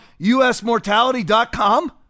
usmortality.com